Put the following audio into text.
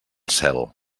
cel